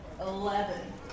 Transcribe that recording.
Eleven